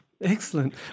Excellent